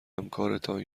همکارتان